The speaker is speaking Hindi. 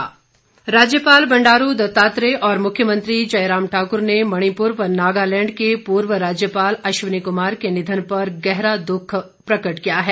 शोक राज्यपाल बंडारू दत्तात्रेय और मुख्यमंत्री जयराम ठाकुर ने मणिपुर व नागालैंड के पूर्व राज्यपाल अश्वनी कुमार के निधन पर गहरा दुख प्रकट किया है